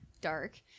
dark